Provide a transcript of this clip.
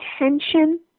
attention